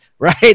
right